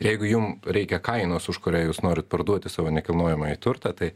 jeigu jum reikia kainos už kurią jūs norit parduoti savo nekilnojamąjį turtą tai